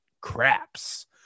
craps